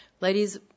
Ladies